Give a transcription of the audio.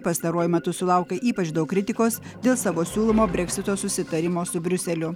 pastaruoju metu sulaukia ypač daug kritikos dėl savo siūlomo breksito susitarimo su briuseliu